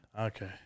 Okay